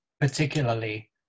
particularly